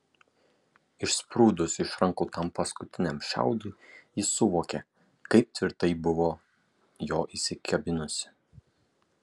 išsprūdus iš rankų tam paskutiniam šiaudui ji suvokė kaip tvirtai buvo jo įsikabinusi